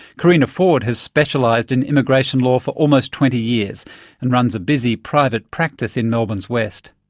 carina ford has specialised in immigration law for almost twenty years and runs a busy private practice in melbourne's west.